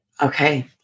Okay